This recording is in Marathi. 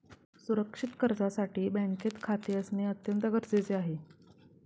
सुरक्षित कर्जासाठी बँकेत खाते असणे अत्यंत गरजेचे आहे